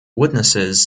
witnesses